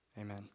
Amen